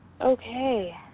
Okay